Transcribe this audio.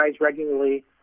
regularly